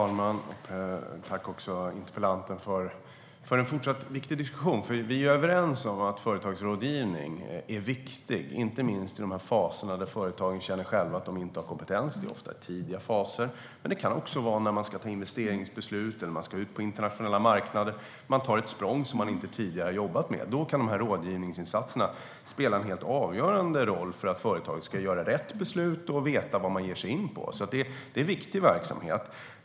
Herr talman! Jag tackar interpellanten för en fortsatt viktig diskussion. Vi är överens om att företagsrådgivning är viktig, inte minst i de faser då företagen själva känner att de inte har kompetens. Det är ofta i tidiga faser. Men det kan också vara när de ska ta investeringsbeslut eller ska ut på internationella marknader och ta ett språng till något som de tidigare inte har jobbat med. Då kan dessa rådgivningsinsatser spela en helt avgörande roll för att företagen ska ta rätt beslut och veta vad de ger sig in på. Det är viktig verksamhet.